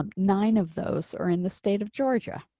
um nine of those are in the state of georgia.